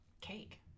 cake